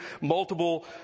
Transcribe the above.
multiple